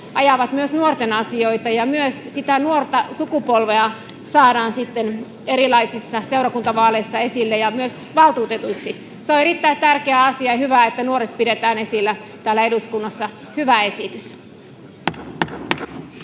ajavat myös nuorten asioita, ja myös nuorta sukupolvea saadaan sitten erilaisissa seurakuntavaaleissa esille ja myös valtuutetuiksi. Se on erittäin tärkeä asia, ja on hyvä, että nuoret pidetään esillä täällä eduskunnassa. Hyvä esitys.